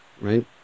right